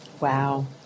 Wow